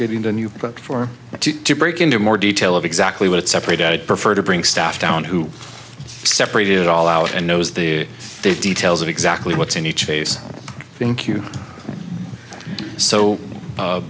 getting to a new book for you to break into more detail of exactly what it separated i'd prefer to bring staff down who separate it all out and knows the details of exactly what's in each case thank you so